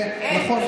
כן, נכון.